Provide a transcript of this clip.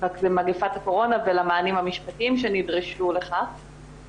במגיפת הקורונה ולמענים המשפטיים שנדרשו לכך